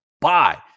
Bye